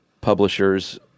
publishers